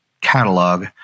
catalog